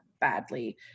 badly